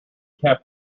kept